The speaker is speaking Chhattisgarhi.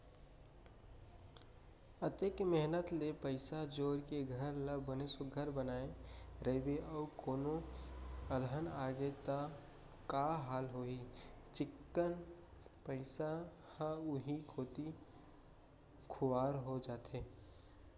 अतेक मेहनत ले पइसा जोर के घर ल बने सुग्घर बनाए रइबे अउ कोनो अलहन आगे त का हाल होही चिक्कन पइसा ह उहीं कोती खुवार हो जाथे